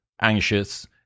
anxious